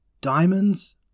diamonds